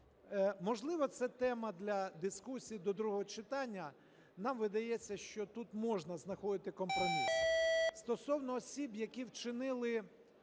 Можливо, це тема для дискусій до другого читання. Нам видається, що тут можна знаходити компроміс. Стосовно осіб, які вчинили